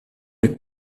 les